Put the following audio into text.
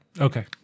Okay